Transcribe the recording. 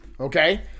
Okay